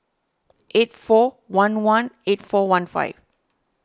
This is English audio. eight four one one eight four one five